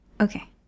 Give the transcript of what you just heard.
Okay